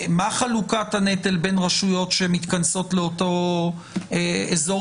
מה חלוקת הנטל בין רשויות שמתכנסות לאותו אזור